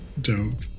Dope